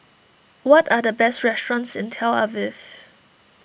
what are the best restaurants in Tel Aviv